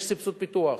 יש סבסוד פיתוח,